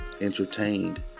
Entertained